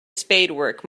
spadework